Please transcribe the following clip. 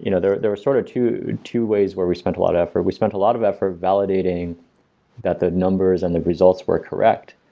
you know they were sort of two two ways where we spent a lot of effort. we spent a lot of effort validating that the numbers and the results were correct,